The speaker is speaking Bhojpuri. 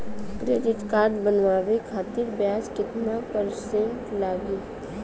क्रेडिट कार्ड बनवाने खातिर ब्याज कितना परसेंट लगी?